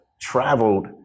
traveled